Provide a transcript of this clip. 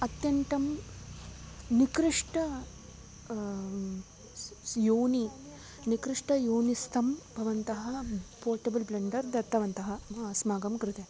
अत्यन्तं निकृष्टं स् योनिः निकृष्टं योनिस्थं भवन्तः पोटबल् ब्लेन्डर् दत्तवन्तः अस्माकं कृते